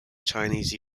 chinese